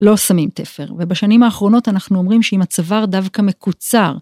לא שמים תפר, ובשנים האחרונות אנחנו אומרים שאם הצוואר דווקא מקוצר.